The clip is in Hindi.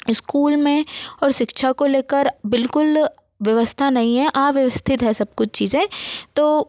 इस्कूल में और शिक्षा को लेकर बिलकुल व्यवस्था नहीं है अव्यवस्थित है सबकुछ चीज़ें तो